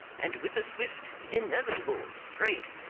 and with a swift, inevitable, straight,